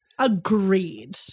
Agreed